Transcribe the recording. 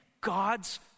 God's